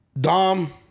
Dom